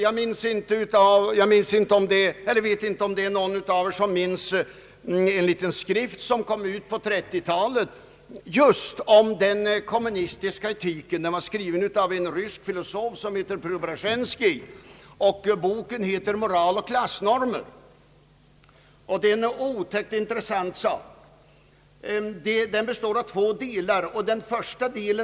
Jag vet inte om någon av er minns en liten skrift som kom ut på 1930-talet och som handlade om den kommunistiska etiken. Boken hette Moral och klassnormer och var skriven av en rysk filosof vid namn Preobrasjenskij. Boken har två kapitel.